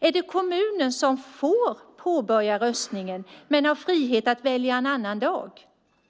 Är det kommunen som får påbörja röstningen, men har frihet att välja en annan dag?